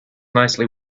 nicely